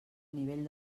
nivell